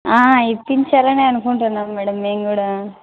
ఇప్పించాలని అనుకుంటున్నాం మేడం మేము కూడా